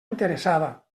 interessada